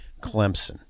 Clemson